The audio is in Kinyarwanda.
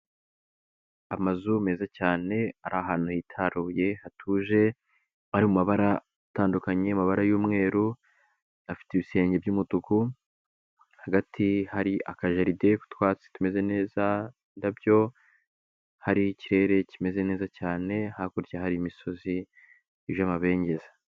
Amazu meza cyane ari ahantu hitaruye hatuje ari mu mabara atandukanye amabara y'umweru, afite ibisenge by'umutuku, hagati hari akajaride utwatsi tumeze neza, indabyo, hari ikirere kimeze neza cyane, hakurya hari imisozi yuje amabengeza.